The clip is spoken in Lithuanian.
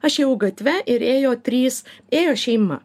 aš ėjau gatve ir ėjo trys ėjo šeima